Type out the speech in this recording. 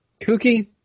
kooky